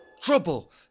trouble